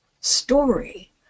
story